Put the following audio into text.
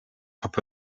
top